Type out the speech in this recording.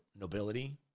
nobility